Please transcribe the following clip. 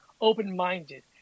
open-minded